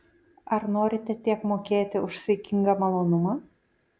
ar norite tiek mokėti už saikingą malonumą